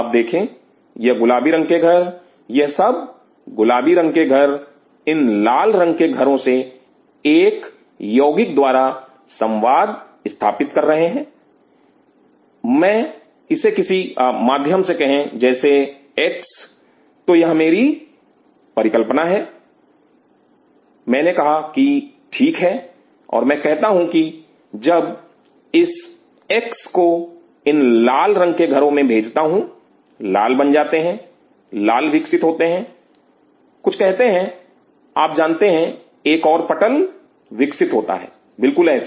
आप देखें यह गुलाबी रंग के घर यह सब गुलाबी रंग के घर इन लाल रंग के घरों से एक यौगिक द्वारा संवाद स्थापित कर रहे हैं इसे किसी माध्यम से कहे जैसे एक्स तो यह मेरी परिकल्पना है मैंने कहा कि ठीक है और मैं कहता हूं कि जब इस एक्स को इन लाल रंग के घरों में भेजता हूं लाल बन जाते हैं लाल विकसित होते हैं कुछ कहते हैं आप जानते हैं एक और पटल विकसित होता है बिल्कुल ऐसे